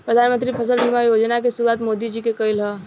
प्रधानमंत्री फसल बीमा योजना के शुरुआत मोदी जी के कईल ह